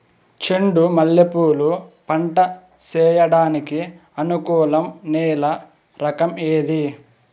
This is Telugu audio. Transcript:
చెండు మల్లె పూలు పంట సేయడానికి అనుకూలం నేల రకం ఏది